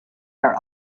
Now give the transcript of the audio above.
are